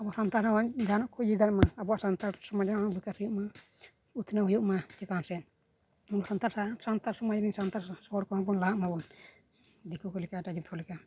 ᱟᱵᱚ ᱥᱟᱱᱛᱟᱲ ᱦᱚᱸ ᱡᱟᱦᱟᱱᱟᱜ ᱠᱚ ᱤᱭᱟᱹ ᱫᱟᱲᱮᱭᱟᱜᱢᱟ ᱟᱵᱚᱣᱟᱜ ᱥᱟᱱᱛᱟᱲ ᱥᱚᱢᱟᱡᱽ ᱨᱮᱱᱟᱜ ᱦᱚᱸ ᱵᱤᱠᱟᱥ ᱦᱩᱭᱩᱜᱢᱟ ᱩᱛᱱᱟᱹᱣ ᱦᱩᱭᱩᱜᱢᱟ ᱪᱮᱛᱟᱱ ᱥᱮᱫ ᱟᱵᱚ ᱥᱟᱱᱛᱟᱲ ᱥᱚᱦᱚ ᱥᱟᱱᱛᱟᱲ ᱥᱚᱢᱟᱡᱽ ᱨᱮᱱ ᱥᱟᱱᱛᱟᱲ ᱦᱚᱲ ᱠᱚ ᱦᱚᱸ ᱵᱚᱱ ᱞᱟᱦᱟᱜ ᱢᱟᱵᱚᱱ ᱫᱤᱠᱩ ᱠᱚ ᱞᱮᱠᱟ ᱮᱴᱟᱜ ᱡᱚᱛᱚ ᱠᱚ ᱞᱮᱠᱟ